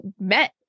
met